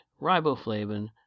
riboflavin